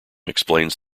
explains